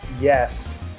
Yes